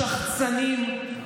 שחצנים,